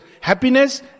Happiness